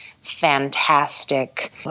fantastic